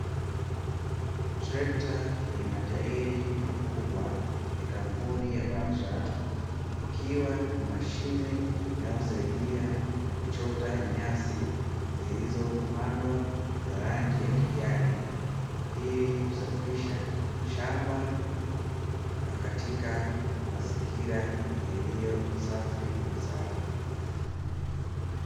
Trekta lenye matairi makubwa ya kampuni ya Vatra, ikiwa na mashine inayosaidia kuchota nyasi zilizopandwa za rangi ya kijani ili kusafisha shamba la katika mazingira yaliyo safi na salama.